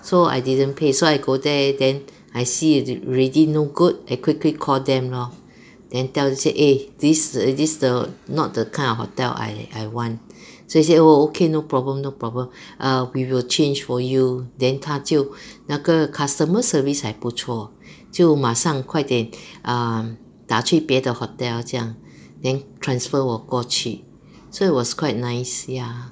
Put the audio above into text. so I didn't pay so I go there then I see already no good I quickly call them lor then tell them say eh this this the not the kind of hotel I I want so he say oh okay no problem no problem err we will change for you then 他就那个 customer service 还不错就马上快点 um 打去别的 hotel 这样 then transfer 我过去 so it was quite nice ya